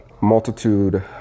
Multitude